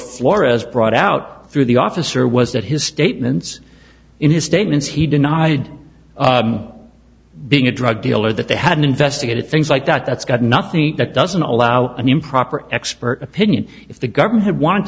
flores brought out through the officer was that his statements in his statements he denied being a drug dealer that they hadn't investigated things like that that's got nothing that doesn't allow an improper expert opinion if the government had